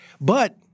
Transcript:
But-